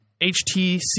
HTC